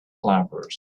clovers